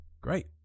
great